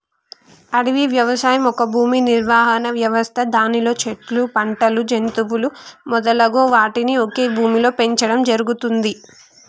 అడవి వ్యవసాయం ఒక భూనిర్వహణ వ్యవస్థ దానిలో చెట్లు, పంటలు, జంతువులు మొదలగు వాటిని ఒకే భూమిలో పెంచడం జరుగుతుంది